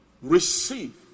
Receive